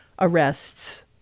arrests